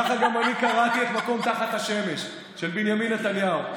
ככה גם אני קראתי את "מקום תחת השמש" של בנימין נתניהו,